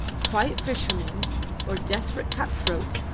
quiet fishermen or desperate cut-throats,